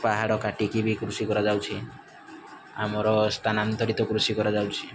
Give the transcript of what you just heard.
ପାହାଡ଼ କାଟିକି ବି କୃଷି କରାଯାଉଛି ଆମର ସ୍ଥାନାନ୍ତରିତ କୃଷି କରାଯାଉଛି